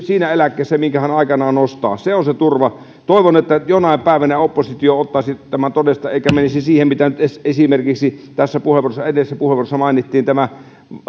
siinä eläkkeessä minkä hän aikanaan nostaa toivon että jonain päivänä oppositio ottaisi tämän todesta eikä menisi siihen mitä nyt esimerkiksi tässä edellisessä puheenvuorossa mainittiin tästä